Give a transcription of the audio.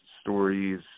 stories